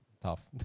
tough